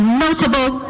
notable